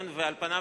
ועל פניו,